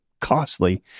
costly